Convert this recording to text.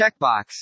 checkbox